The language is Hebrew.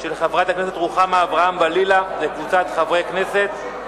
של חברת הכנסת רוחמה אברהם-בלילא וקבוצת חברי הכנסת,